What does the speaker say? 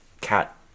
cat